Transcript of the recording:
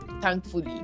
thankfully